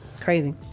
crazy